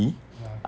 (uh huh)